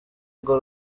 urwo